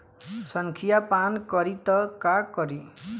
संखिया पान करी त का करी?